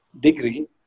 degree